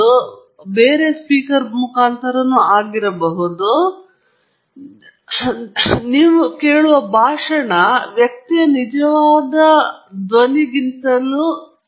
ಅಲ್ಲಿ ಒಂದೇ ಸಿನುಸಾಯ್ಡ್ನೊಂದಿಗೆ ನಾನು ಪ್ರಯೋಗವನ್ನು ನಡೆಸುತ್ತಿದ್ದೇನೆ ಎಂದು ಭಾವಿಸಿದರೆ ಏಕೈಕ ಸಿನುಸೋಯ್ಡ್ನಿಂದ ನಾನು ಅರ್ಥೈಸುವ ಏಕೈಕ ಆವರ್ತನ ಸೈನ್ ತರಂಗ ಮತ್ತು ನಂತರ ಈ ಪ್ರಕ್ರಿಯೆಯು ಎರಡು ನಿಯತಾಂಕ ಮಾದರಿಯಾಗಿ ಸ್ಪಷ್ಟವಾಗಿ ಗೋಚರಿಸುತ್ತದೆ